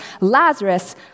Lazarus